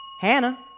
Hannah